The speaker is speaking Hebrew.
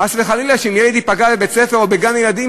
חס וחלילה שאם ילד ייפגע בבית-ספר או בגן-ילדים,